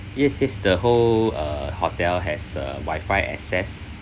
yes yes the whole uh hotel has a wifi access